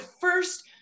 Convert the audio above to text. first